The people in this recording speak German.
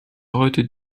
heute